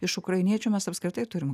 iš ukrainiečių mes apskritai turim